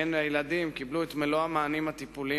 והן הילדים קיבלו את מלוא המענים הטיפוליים